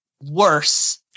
worse